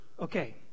Okay